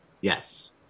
Yes